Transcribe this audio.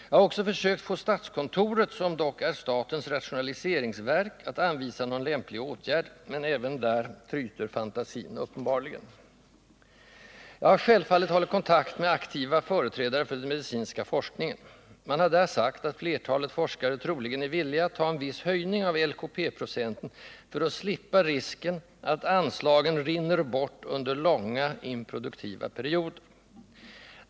Jag har också försökt få statskontoret, som dock är statens rationaliseringsverk, att anvisa någon lämplig åtgärd, men även där tryter fantasin uppenbarligen. Jag har, självfallet, hållit kontakt med aktiva företrädare för den medicinska forskningen. De har sagt att flertalet forskare troligen är villiga att taen viss höjning av LKP-procenten för att slippa risken att anslagen rinner bort under långa, improduktiva perioder.